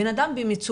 בן אדם במצוקה,